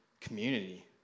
community